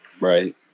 Right